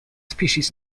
species